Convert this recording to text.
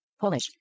Polish